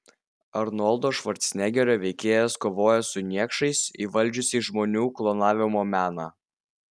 arnoldo švarcnegerio veikėjas kovoja su niekšais įvaldžiusiais žmonių klonavimo meną